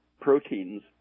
proteins